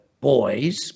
boys